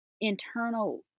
internal